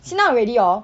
sit down already hor